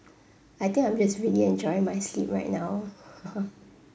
I think I'm just really enjoying my sleep right now